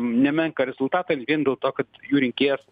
nemenką rezultatą vien dėl to kad jų rinkėjas